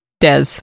Des